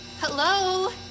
Hello